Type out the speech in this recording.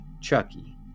Chucky